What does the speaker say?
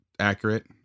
Accurate